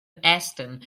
aston